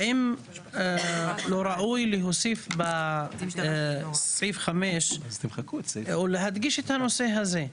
האם לא ראוי להוסיף בסעיף 5 ולהדגיש את הנושא הזה?